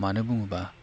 मानो बुङोब्ला